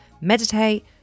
meditate